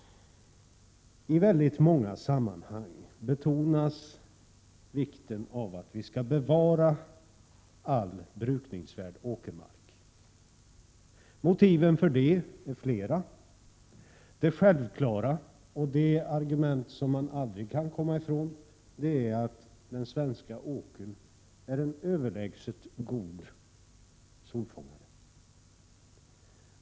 I väldigt många sammanhang betonas vikten av att vi bevarar all brukningsvärd åkermark. Motiven härför är flera. Det självklara argumentet, och det som vi aldrig kan komma ifrån, är att den svenska åkermarken är överlägset god solfångare.